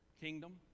kingdom